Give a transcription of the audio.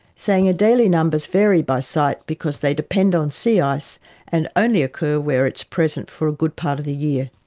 saying adelie numbers varied by site because they depend on sea ice and only occur where it's present for a good part of the year.